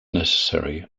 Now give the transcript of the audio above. necessary